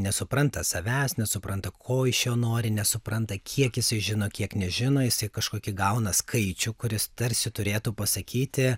nesupranta savęs nesupranta ko iš jo nori nesupranta kiek jisai žino kiek nežino jisai kažkokį gauna skaičių kuris tarsi turėtų pasakyti